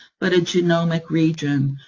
but a genomic region,